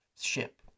ship